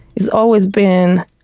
it's always been